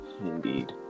indeed